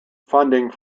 funding